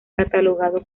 catalogado